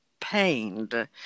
pained